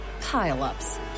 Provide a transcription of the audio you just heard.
pile-ups